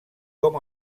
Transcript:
com